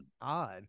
odd